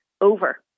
over